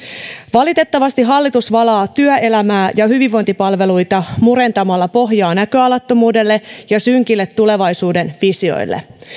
valitettavasti hallitus valaa työelämää ja hyvinvointipalveluita murentamalla pohjaa näköalattomuudelle ja synkille tulevaisuuden visioille